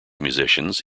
musicians